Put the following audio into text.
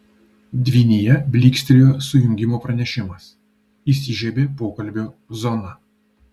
dvynyje blykstelėjo sujungimo pranešimas įsižiebė pokalbio zona